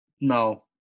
No